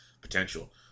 potential